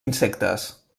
insectes